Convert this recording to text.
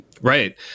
Right